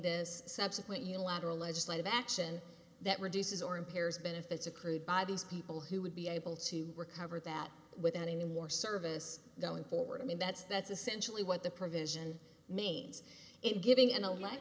this subsequent unilateral legislative action that reduces or impairs benefits accrued by these people who would be able to recover that with any more service going forward i mean that's that's essentially what the provision me it giving